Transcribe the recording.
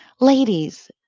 Ladies